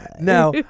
Now